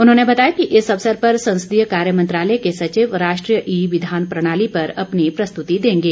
उन्होंने बताया कि इस अवसर पर संसदीय कार्य मंत्रालय के सचिव राष्ट्रीय ई विधान प्रणाली पर अपनी प्रस्तुति देंगे